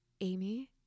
Amy